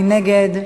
מי נגד?